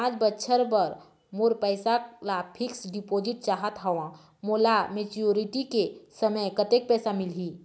पांच बछर बर मोर पैसा ला फिक्स डिपोजिट चाहत हंव, मोला मैच्योरिटी के समय कतेक पैसा मिल ही?